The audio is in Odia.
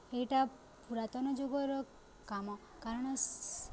ଏଇଟା ପୁରାତନ ଯୁଗର କାମ କାରଣ